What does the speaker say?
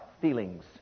feelings